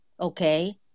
okay